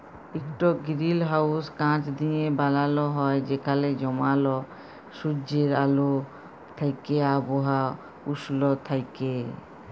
ইকট গিরিলহাউস কাঁচ দিঁয়ে বালাল হ্যয় যেখালে জমাল সুজ্জের আল থ্যাইকে আবহাওয়া উস্ল থ্যাইকে